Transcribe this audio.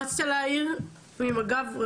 מה רצית להעיר, ממג"ב?